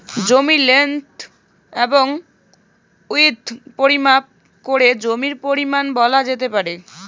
জমির লেন্থ এবং উইড্থ পরিমাপ করে জমির পরিমান বলা যেতে পারে